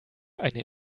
einen